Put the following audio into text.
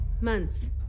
Months